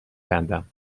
بندم